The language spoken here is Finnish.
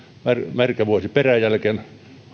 märkä vuosi peräjälkeen